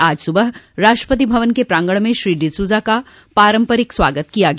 आज सुबह राष्ट्रपति भवन के प्रांगण में श्री डिसूजा का पारम्परिक स्वागत किया गया